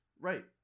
Right